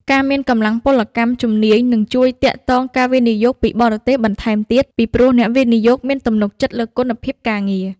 ការមានកម្លាំងពលកម្មជំនាញនឹងជួយទាក់ទាញការវិនិយោគពីបរទេសបន្ថែមទៀត ពីព្រោះអ្នកវិនិយោគមានទំនុកចិត្តលើគុណភាពការងារ។